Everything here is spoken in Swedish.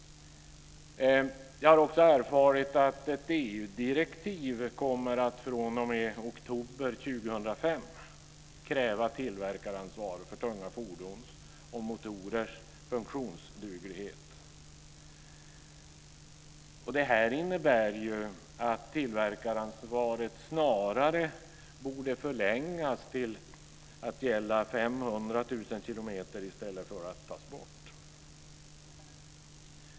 Jag har erfarit att ett EU-direktiv fr.o.m. oktober 2005 kommer att kräva tillverkaransvar för tunga fordons och motorers funktionsduglighet. Detta innebär att tillverkaransvaret snarare borde förlängas till att gälla 500 000 kilometer i stället för att tas bort.